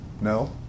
no